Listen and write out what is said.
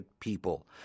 people